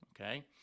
okay